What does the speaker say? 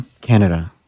Canada